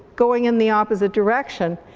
going in the opposite direction,